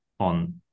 on